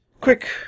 Quick